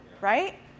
right